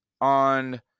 on